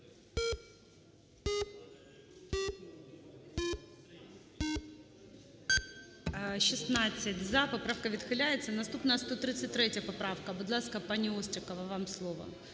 За-16 Поправка відхиляється. Наступна – 133 поправка. Будь ласка, пані Острікова, вам слово.